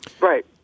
Right